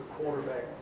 Quarterback